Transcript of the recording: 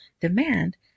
demand